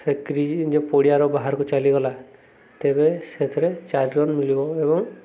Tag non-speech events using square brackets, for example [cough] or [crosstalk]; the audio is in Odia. ସେ [unintelligible] ପଡ଼ିଆର ବାହାରକୁ ଚାଲିଗଲା ତେବେ ସେଥିରେ ଚାରି ରନ୍ ମଳିବ ଏବଂ